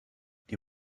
die